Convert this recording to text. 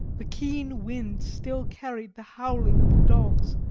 the keen wind still carried the howling of the dogs,